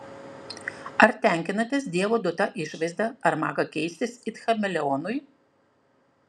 ar tenkinatės dievo duota išvaizda ar maga keistis it chameleonui